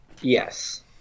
Yes